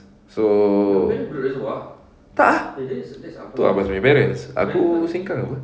so tak ah tu abbas nya parents aku sengkang apa